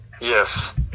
Yes